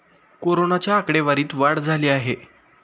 कोरोनाच्या आकडेवारीत वाढ झाली आहे